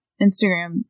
Instagram